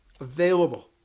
available